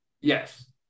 Yes